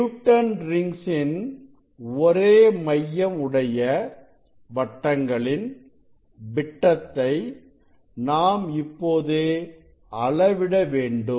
Newton rings இன் ஒரே மையம் உடைய வட்டங்களின் விட்டத்தை நாம் இப்பொழுது அளவிட வேண்டும்